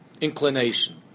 inclination